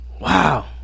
Wow